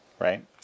right